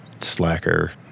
slacker